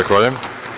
Zahvaljujem.